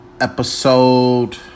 episode